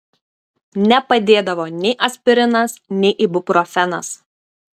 nepadėdavo nei aspirinas nei ibuprofenas